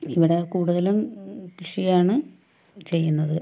ഇവിടെ കൂടുതലും കൃഷിയാണ് ചെയ്യുന്നത്